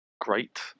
great